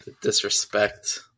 Disrespect